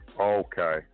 Okay